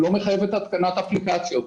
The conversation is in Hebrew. לא מחייבת התקנת אפליקציות,